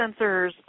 sensors